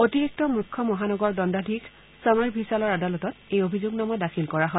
অতিৰিক্ত মুখ্য মহানগৰ দণ্ডাধীশ চমৰ ভিশালৰ আদালতত এই অভিযোগ নামা দাখিল কৰা হয়